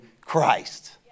Christ